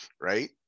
Right